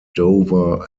dover